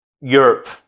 europe